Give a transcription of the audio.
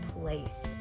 place